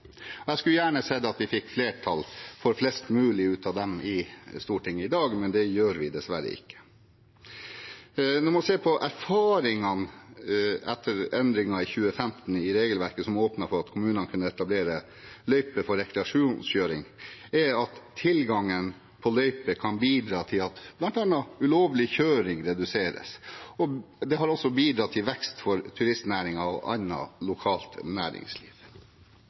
Jeg skulle gjerne sett at vi fikk flertall for flest mulig av dem i Stortinget i dag, men det gjør vi dessverre ikke. Når man ser på erfaringene etter endringen i 2015 i regelverket som åpnet for at kommunene kunne etablere løyper for rekreasjonskjøring, kan tilgangen på løyper bidra til at bl.a. ulovlig kjøring reduseres. Det har også bidratt til vekst for turistnæringen og annet lokalt næringsliv.